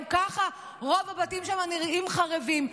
גם ככה רוב הבתים שם נראים חרבים.